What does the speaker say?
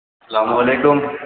اسلام وعلیکم